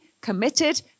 committed